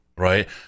right